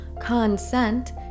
consent